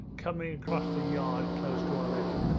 coming across the yard close to olenin.